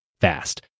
fast